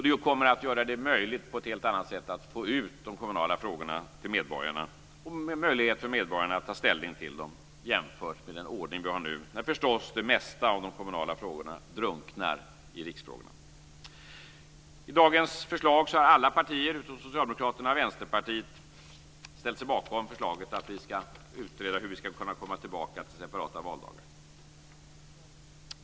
De kommer att göra det möjligt på ett helt annat sätt att få ut de kommunala frågorna till medborgarna, och med möjlighet för medborgarna att ta ställning till dem jämfört med den ordning vi har nu, där det mesta av de kommunala frågorna drunknar i riksfrågorna. I dagens förslag har alla partier utom Socialdemokraterna och Vänsterpartiet ställt sig bakom förslaget att utreda hur vi skall kunna komma tillbaka till separata valdagar.